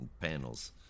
panels